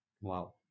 Wow